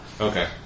Okay